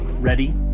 Ready